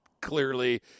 clearly